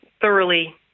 thoroughly